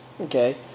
Okay